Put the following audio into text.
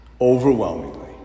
overwhelmingly